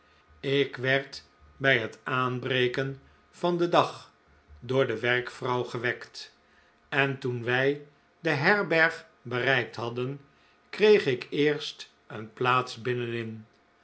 ik werd bij het aanbreken van den dag door de werkvrouw gewekt en toen wij de herberg bereikt hadden kreeg ik eerst een plaats binnenin